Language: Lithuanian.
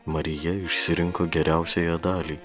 marija išsirinko geriausiąją dalį